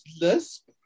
lisp